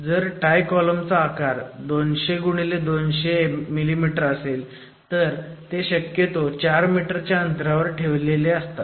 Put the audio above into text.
जर tie column चा आकार 200 x 200 असेल तर ते शक्यतो 4 मीटर च्या अंतरावर ठेवलेले असतात